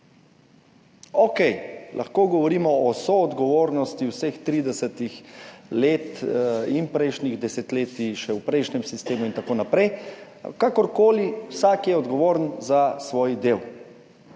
okej, lahko govorimo o soodgovornosti vseh 30 let in prejšnjih desetletij, še v prejšnjem sistemu in tako naprej. Kakorkoli, vsak je odgovoren za svoj del